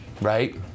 right